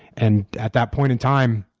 and at that point in time,